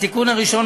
התיקון הראשון,